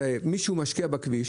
מי שמשקיע בכביש,